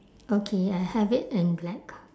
okay I have it in black